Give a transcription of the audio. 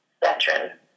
veteran